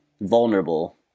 vulnerable